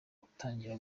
utangiye